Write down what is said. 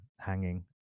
hanging